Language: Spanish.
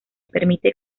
permite